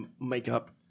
makeup